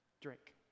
Drink